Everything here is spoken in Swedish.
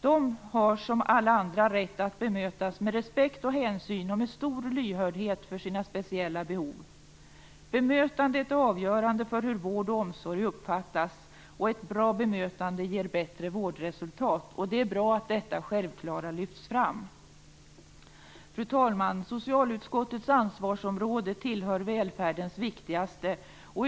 De har som alla andra rätt att bemötas med respekt och hänsyn och med stor lyhördhet för sina speciella behov. Bemötandet är avgörande för hur vård och omsorg uppfattas, och ett bra bemötande ger bättre vårdresultat. Det är bra att detta självklara lyfts fram. Fru talman! Socialutskottets ansvarsområde tillhör välfärdens viktigaste.